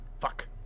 Fuck